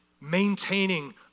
maintaining